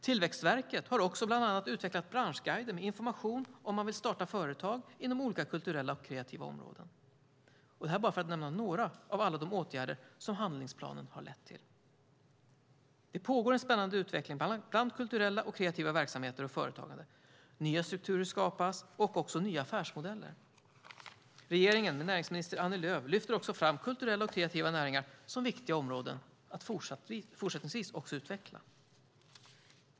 Tillväxtverket har bland annat utvecklat branschguider med information för dem som vill starta företag inom olika kulturella och kreativa områden. Då har jag bara nämnt några av alla de åtgärder som handlingsplanen har lett till. Det pågår en spännande utveckling när det gäller kulturella och kreativa verksamheter och företagande. Nya strukturer skapas och också nya affärsmodeller. Regeringen, med näringsminister Annie Lööf, lyfter också fram kulturella och kreativa näringar som viktiga områden att fortsättningsvis utveckla.